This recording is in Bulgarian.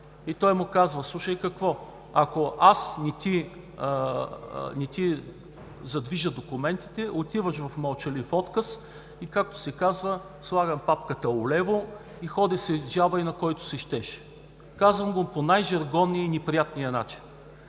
и той му казва: „Слушай какво. Ако аз не ти задвижа документите, отиваш в мълчалив отказ, и както се казва, слагам папката улево и ходи се жалвай на когото си щеш“ – казвам го по най-жаргонния и неприятен начин.